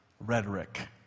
rhetoric